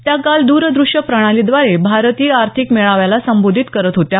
त्या काल दूरदृष्य प्रणालीद्वारे भारतीय आर्थिक मेळाव्याला संबोधित करत होत्या